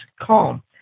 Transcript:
calm